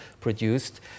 produced